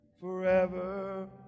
Forever